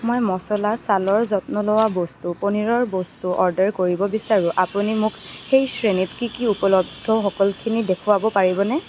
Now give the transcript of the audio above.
মই মচলা ছালৰ যত্ন লোৱা বস্তু পনীৰৰ বস্তু অৰ্ডাৰ কৰিব বিচাৰোঁ আপুনি মোক সেই শ্ৰেণীত কি কি উপলব্ধ সকলোখিনি দেখুৱাব পাৰিবনে